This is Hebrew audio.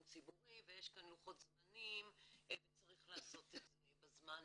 ציבורי ויש לוחות זמנים וצריך לעשות את זה בזמן.